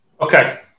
Okay